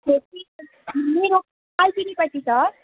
त मेरो कालचिनीपट्टि छ